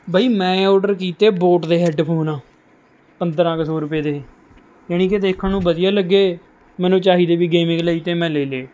ਬਈ ਮੈਂ ਆਰਡਰ ਕੀਤੇ ਬੋਟ ਦੇ ਹੈੱਡਫੋਨ ਪੰਦਰਾਂ ਕੁ ਸੌ ਰੁਪਏ ਦੇ ਜਣੀ ਕਿ ਦੇਖਣ ਨੂੰ ਵਧੀਆ ਲੱਗੇ ਮੈਨੂੰ ਚਾਹੀਦੇ ਵੀ ਗੇਮਿੰਗ ਲਈ ਤੇ ਮੈਂ ਲੈ ਲਏ